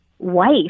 Wife